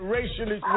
Racially